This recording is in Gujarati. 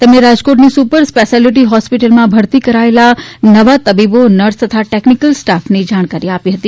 તેમણે રાજકોટની સુપર સ્પેશિયાલીટી હોસ્પિટલમાં ભરતી કરાયેલા નવા તબીબો નર્સ તથા ટેકનીકલ સ્ટાફની જાણકારી આપી હતી